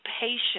patient